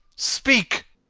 speak!